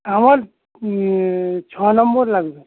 আমার ছ নম্বর লাগবে